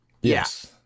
yes